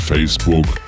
Facebook